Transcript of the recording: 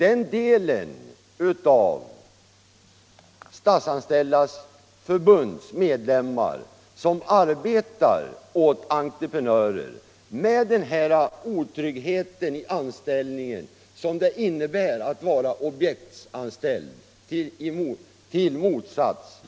En del av Statsanställdas förbunds medlemmar arbetar åt entreprenörer och har den otrygghet i anställningen som det innebär att vara objektsanställd.